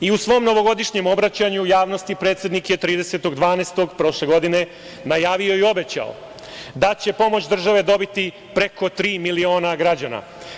U svom novogodišnjem obraćanju javnosti, predsednik je 30. decembra prošle godine najavio i obećao da će pomoć države dobiti preko tri miliona građana.